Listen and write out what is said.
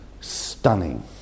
stunning